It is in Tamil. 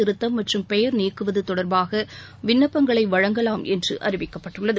திருத்தம் மற்றும் பெயர் நீக்குவது தொடர்பாக விண்ணப்பங்களை வழங்கலாம் என்று அறிவிக்கப்பட்டுள்ளது